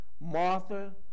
Martha